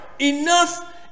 Enough